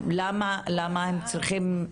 למה הם צריכים?